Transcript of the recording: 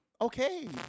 Okay